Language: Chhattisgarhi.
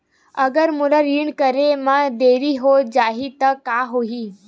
अगर मोला ऋण करे म देरी हो जाहि त का होही?